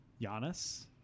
Giannis